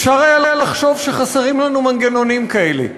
אפשר היה לחשוב שחסרים לנו מנגנונים כאלה.